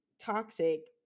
toxic